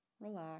relax